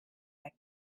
weg